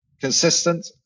consistent